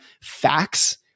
facts